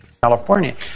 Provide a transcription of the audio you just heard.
California